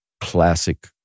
classic